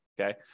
okay